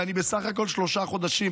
ואני בסך הכול שלושה חודשים,